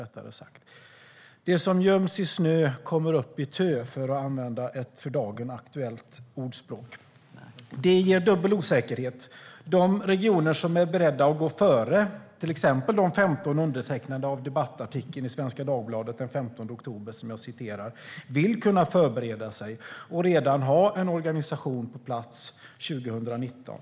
Det som göms i snö kommer upp i tö, för att använda ett för dagen aktuellt ordspråk. Det ger dubbel osäkerhet. De regioner som är beredda att gå före - till exempel de 15 undertecknare av debattartikeln i Svenska Dagbladet den 15 oktober som jag citerar - vill kunna förbereda sig och redan ha en organisation på plats 2019.